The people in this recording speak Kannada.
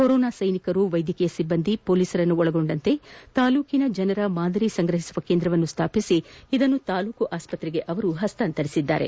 ಕೊರೊನಾ ಸೈನಿಕರು ವೈದ್ಯಕೀಯ ಸಿಬ್ಬಂದಿ ಪೊಲೀಸರನ್ನು ಒಳಗೊಂಡಂತೆ ತಾಲೂಕಿನ ಜನರ ಮಾದರಿ ಸಂಗ್ರಹಿಸುವ ಕೇಂದ್ರವನ್ನು ಸ್ಥಾಪಿಸಿ ಇದನ್ನು ತಾಲೂಕು ಆಸ್ಪತ್ರೆಗೆ ಹಸ್ತಾಂತರಿಸಿದ್ದಾರೆ